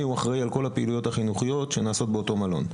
הוא אחראי על כל הפעולות החינוכיות שנעשות באותו מלון.